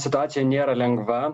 situacija nėra lengva